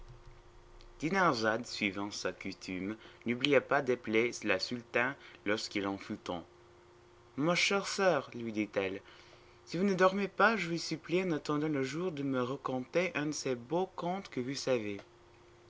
dinarzade suivant sa coutume n'oublia pas d'appeler la sultane lorsqu'il en fut temps ma chère soeur lui dit-elle si vous ne dormez pas je vous supplie en attendant le jour de me raconter un de ces beaux contes que vous savez